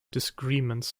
disagreements